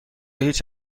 هیچ